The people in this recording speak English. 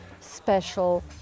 special